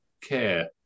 care